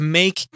make